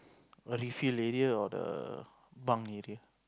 the field area or the bunk area